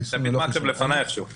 חייבים להבין שיש פה עומס,